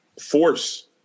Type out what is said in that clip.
force